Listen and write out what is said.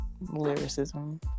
lyricism